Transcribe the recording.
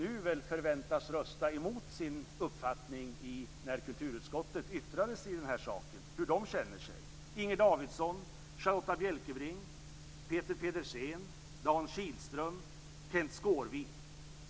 De förväntas nu att rösta emot sin uppfattning när kulturutskottet yttrade sig i den här frågan. Det är Inger Davidson, Charlotta Bjälkebring, Peter Pedersen, Dan Kihlström och Kenth Skårvik.